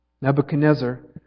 Nebuchadnezzar